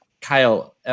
Kyle